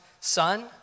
son